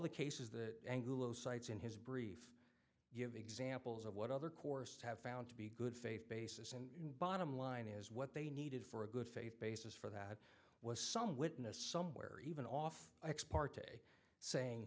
the cases that anglo cites in his brief give examples of what other courses have found to be good faith basis and bottom line is what they needed for a good faith basis for that was some witness somewhere even off ex parte saying